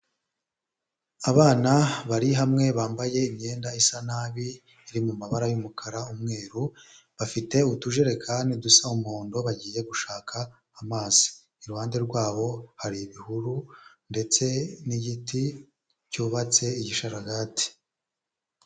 Abana bari hamwe bambaye imyenda isa nabi iri mu mabara y'umukara, umweru, bafite utujerekani dusa umuhondo bagiye gushaka amazi, iruhande rwabo hari ibihuru ndetse n'igiti cyubatse igisharagati.